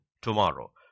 tomorrow